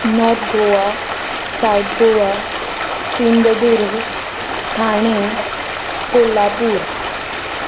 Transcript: north Goa सावत गोवा सिंधुदूर्ग ठाणे कोल्हापूर